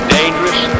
dangerous